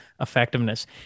effectiveness